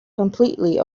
completely